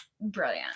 brilliant